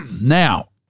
Now